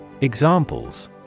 Examples